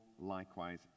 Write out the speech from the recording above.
likewise